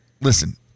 listen